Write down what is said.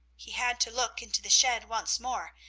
he had to look into the shed once more,